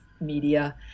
media